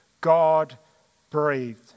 God-breathed